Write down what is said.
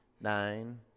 nine